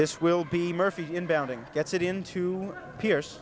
this will be murphy in bounding gets it into pier